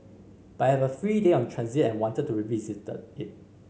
but I have a free day on transit and wanted to revisit it